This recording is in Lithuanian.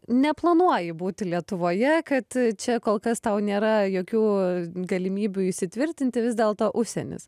neplanuoji būti lietuvoje kad čia kol kas tau nėra jokių galimybių įsitvirtinti vis dėlto užsienis